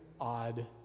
odd